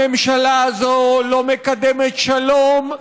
הממשלה הזאת לא מקדמת שלום,